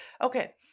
Okay